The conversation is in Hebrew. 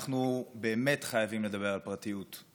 אנחנו באמת חייבים לדבר על פרטיות,